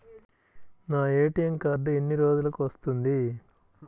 నా ATM card ఎన్ని రోజులకు వస్తుంది?